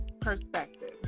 perspective